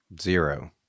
Zero